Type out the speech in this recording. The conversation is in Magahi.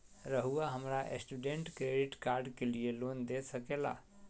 रहुआ हमरा स्टूडेंट क्रेडिट कार्ड के लिए लोन दे सके ला?